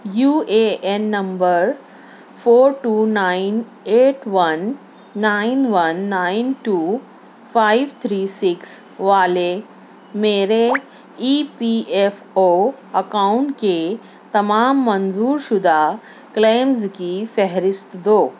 you A N number four two nine eight one nine one nine two five three six والے میرے E P F O اکاؤنٹ کے تمام منظورشدہ کلیمز کی فہرست دو